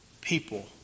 people